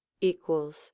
equals